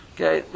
Okay